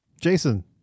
Jason